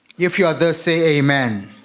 if you're the same and